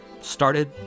started